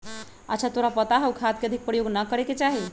अच्छा तोरा पता हाउ खाद के अधिक प्रयोग ना करे के चाहि?